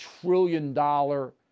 trillion-dollar